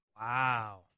Wow